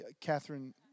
Catherine